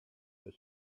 that